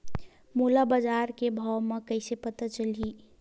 मोला बजार के भाव ह कइसे पता चलही?